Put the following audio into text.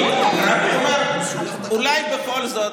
פוליטיים על ארבעה שיכולים לבוא ממקום אחר,